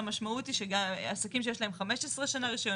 שהמשמעות היא שגם עסקים שיש להם 15 שנה רישיון